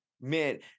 Man